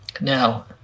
Now